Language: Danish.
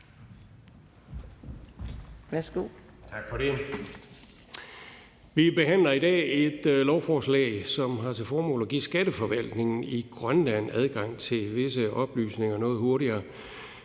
(V): Vi behandler i dag et lovforslag, som har til formål at give skatteforvaltningen i Grønland adgang til visse oplysninger noget hurtigere.